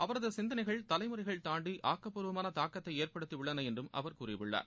அவரது சிந்தனைகள் தலைமுறைகள் தாண்டி ஆக்கப்பூர்வமான தாக்கத்தை ஏற்படுத்தி உள்ளன என்று அவர் கூறியுள்ளார்